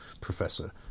professor